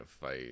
fight